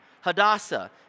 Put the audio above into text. Hadassah